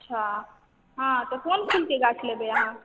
अच्छा हँ तऽ कोन फूल के गाछ लेबै अहाँ